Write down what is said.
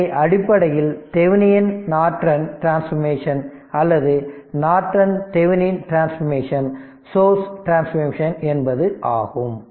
எனவே அடிப்படையில் தெவெனினின் நார்டன் டிரன்ஸ்பாமேஷன் அல்லது நார்டன் தெவெனினின் டிரன்ஸ்பாமேஷன் சோர்ஸ் டிரன்ஸ்பாமேஷன் என்பது ஆகும்